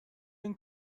این